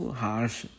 harsh